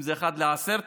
אם זה אחד ל-10,000,